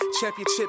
championship